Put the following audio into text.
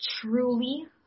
truly